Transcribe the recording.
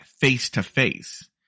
face-to-face